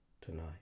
tonight